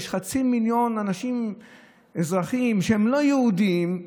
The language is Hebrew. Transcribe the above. יש חצי מיליון אנשים אזרחים שהם לא יהודים,